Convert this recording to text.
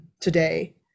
today